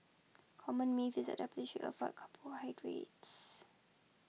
common myth is that diabetics should offer carbohydrates